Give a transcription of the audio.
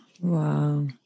Wow